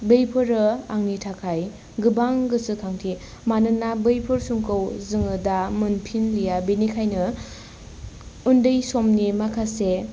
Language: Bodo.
बैफोरो आंनि थाखाय गोबां गोसोखांथि मानोना बैफोर समखौ जोङो दा मोनफिनलिया बेनिखायनो उन्दै समनि माखासे